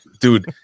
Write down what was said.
dude